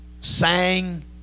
sang